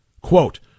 Quote